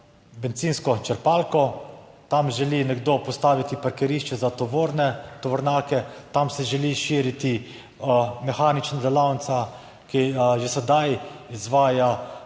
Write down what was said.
bencinsko črpalko, tam želi nekdo postaviti parkirišče za tovorne tovornjake, tam se želi širiti mehanična delavnica, ki že sedaj izvaja